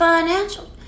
Financial